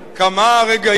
כמה רגעים